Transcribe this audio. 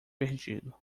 perdido